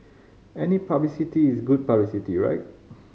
any publicity is good publicity right